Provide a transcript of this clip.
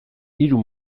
hiru